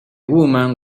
woman